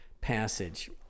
passage